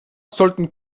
sollten